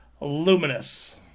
Luminous